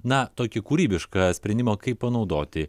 na tokį kūrybišką sprendimą kaip panaudoti